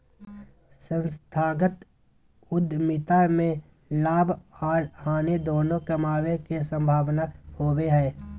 संस्थागत उद्यमिता में लाभ आर हानि दोनों कमाबे के संभावना होबो हय